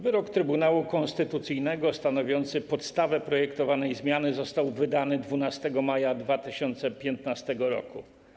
Wyrok Trybunału Konstytucyjnego stanowiący podstawę projektowanej zmiany został wydany 12 maja 2015 r.